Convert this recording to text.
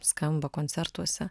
skamba koncertuose